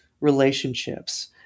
relationships